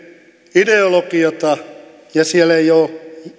ideologiaa ja siellä ei ole